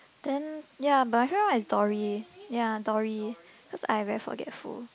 then ya but my favourite one is Dory ya Dory cause I very forgetful